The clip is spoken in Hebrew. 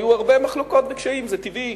היו הרבה מחלוקות וקשיים, זה טבעי.